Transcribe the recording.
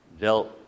dealt